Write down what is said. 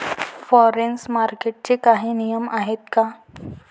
Forex मार्केटचे काही नियम आहेत का?